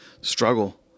struggle